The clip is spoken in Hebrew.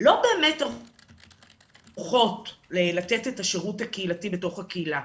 לא באמת ערוכות לתת את השירות הקהילתי בתוך הקהילה.